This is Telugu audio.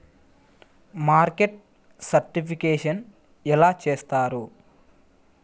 మార్కెట్ సర్టిఫికేషన్ ఎలా చేస్తారు?